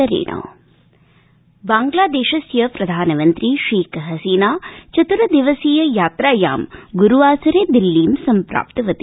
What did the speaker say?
प्रधानमन्त्री बांग्लादेशस्य प्रधानमन्त्री शेख हसीना चतर्दिवसीय यात्रायाम गुरुवासरे दिल्लीं सम्प्राप्तवती